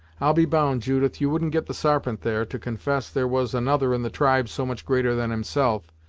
i'll be bound, judith, you wouldn't get the sarpent, there, to confess there was another in the tribe so much greater than himself,